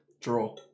Draw